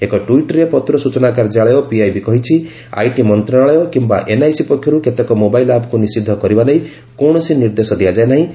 ଏକ ଟ୍ୱିଟ୍ରେ ପତ୍ର ସ୍ଚନା କାର୍ଯ୍ୟାଳୟ ପିଆଇବି କହିଛି ଆଇଟି ମନ୍ତ୍ରଣାଳୟ କିମ୍ବା ଏନ୍ଆଇସି ପକ୍ଷରୁ କେତେକ ମୋବାଇଲ୍ ଆପ୍କୁ ନିଷିଦ୍ଧ କରିବା ନେଇ କୌଣସି ନିର୍ଦ୍ଦେଶ ଦିଆଯାଇ ନାହିଁ